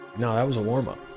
no, that was a warmup